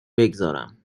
بگذارم